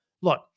Look